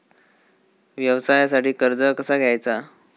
व्यवसायासाठी कर्ज कसा घ्यायचा?